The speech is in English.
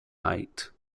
height